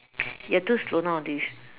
you're too slow nowadays